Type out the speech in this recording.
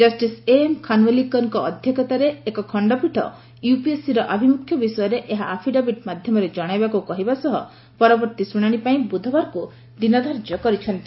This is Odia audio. ଜଷ୍ଟିସ୍ ଏଏମ୍ ଖାନ୍ୱିଲ୍କରଙ୍କ ଅଧ୍ୟକ୍ଷତାରେ ଏକ ଖଣ୍ଡପୀଠ ୟୁପିଏସ୍ସିର ଆଭିମୁଖ୍ୟ ବିଷୟରେ ଏହା ଆଫିଡାଭିଟ୍ ମାଧ୍ୟମରେ ଜଣାଇବାକୁ କହିବା ସହ ପରବର୍ତ୍ତୀ ଶୁଶାଣି ପାଇଁ ବୃଧବାରକୁ ଦିନ ଧାର୍ଯ୍ୟ କରିଛନ୍ତି